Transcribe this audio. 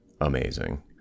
amazing